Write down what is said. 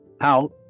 out